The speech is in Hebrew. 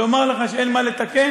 לומר לך שאין מה לתקן?